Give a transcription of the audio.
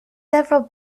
several